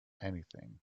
anything